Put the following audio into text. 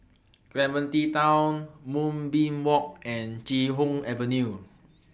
Clementi Town Moonbeam Walk and Chee Hoon Avenue